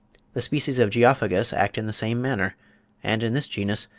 the species of geophagus act in the same manner and in this genus,